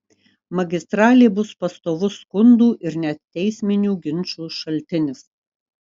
magistralė bus pastovus skundų ir net teisminių ginčų šaltinis